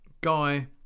Guy